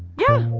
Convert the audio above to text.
yeah!